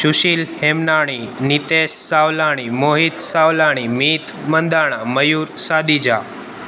Sushil Hemnani Nitesh Savlani Mohit Savlani Meet Mandana Mayur Sadija